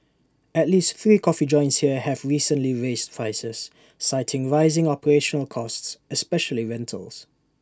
at least three coffee joints here have recently raised prices citing rising operational costs especially rentals